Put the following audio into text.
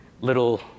little